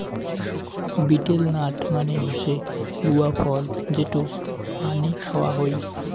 betel nut মানে হসে গুয়া ফল যেটো পানে খাওয়া হই